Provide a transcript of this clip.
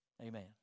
Amen